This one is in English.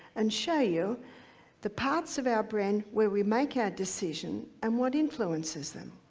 and show you the parts of our brain where we make our decisions and what influences them,